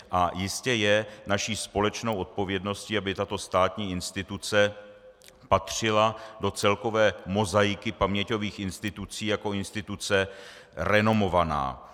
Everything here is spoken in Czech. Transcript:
A jistě je naší společnou odpovědností, aby tato státní instituce patřila do celkové mozaiky paměťových institucí jako instituce renomovaná.